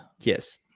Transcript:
Yes